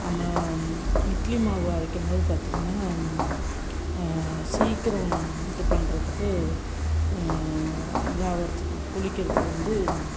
அப்புறம் இட்லி மாவு அரைக்கும் போது பார்த்தீங்கன்னா சீக்கிரம் இது பண்ணுறதுக்கு இதாக ஆகுறதுக்கு புளிக்கிறதுக்கு வந்து